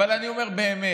אבל אני אומר באמת,